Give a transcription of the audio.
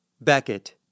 Beckett